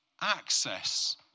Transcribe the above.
access